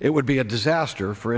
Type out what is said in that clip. it would be a disaster for